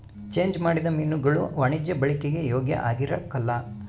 change ಮಾಡಿದ ಮೀನುಗುಳು ವಾಣಿಜ್ಯ ಬಳಿಕೆಗೆ ಯೋಗ್ಯ ಆಗಿರಕಲ್ಲ